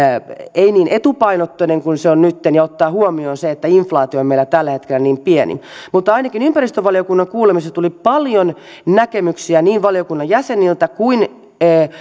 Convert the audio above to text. ei niin etupainotteinen kuin se on nytten ja ottaa huomioon se että inflaatio on meillä tällä hetkellä niin pieni mutta ainakin ympäristövaliokunnan kuulemisessa tuli paljon näkemyksiä niin valiokunnan jäseniltä kuin